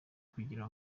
kugira